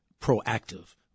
proactive